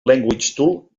languagetool